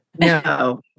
No